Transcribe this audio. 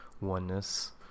oneness